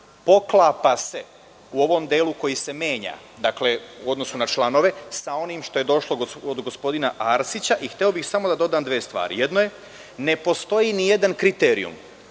poklapa se u ovom delu koji se menja, u odnosu na članove, sa onim što je došlo od gospodina Arsića. Hteo bih samo da dodam dve stvari. Jedno je da ne postoji ni jedan kriterijum